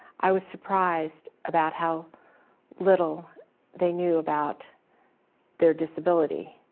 i was surprised about how little they knew about their disability.